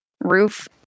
roof